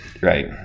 Right